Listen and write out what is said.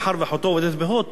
מאחר שאחותו עובדת ב"הוט",